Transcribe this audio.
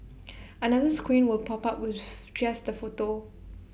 another screen will pop up with just the photo